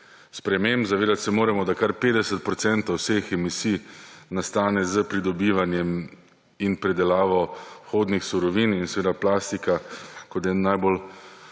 sprememb. Zavedati se moramo, da kar 50 procentov vseh emisij nastane s pridobivanjem in predelavo vhodnih surovin. Plastika kot eden najbolj